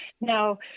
Now